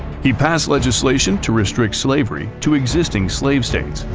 he passed legislation to restrict slavery to existing slave-states,